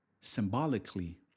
symbolically